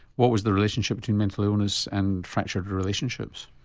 what was the relationship between mental illness and fractured relationships?